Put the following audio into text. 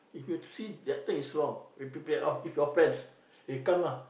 if you see that thing wrong with with your friends you come lah